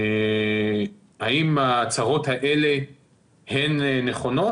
האם ההצהרות האלה נכונות?